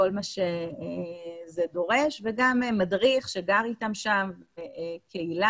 כל מה שזה דורש וגם מדריך שגר איתם שם בקהילה,